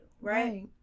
Right